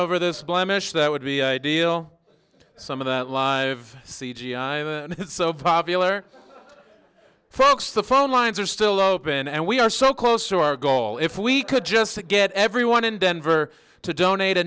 over this blemish that would be ideal some of that live c g i i'm so popular folks the phone lines are still open and we are so close to our goal if we could just get everyone in denver to donate a